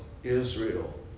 Israel